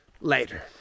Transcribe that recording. later